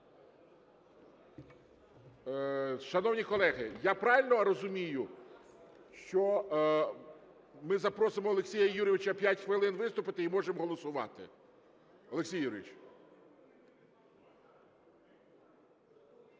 Шановні колеги, я правильно розумію, що ми запросимо Олексія Юрійовича 5 хвилин виступити і можемо голосувати. Олексій Юрійович…